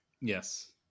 yes